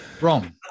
Wrong